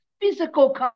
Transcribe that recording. physical